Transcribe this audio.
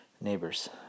neighbors